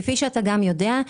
כפי שאתה גם יודע,